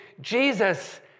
Jesus